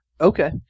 Okay